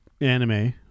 anime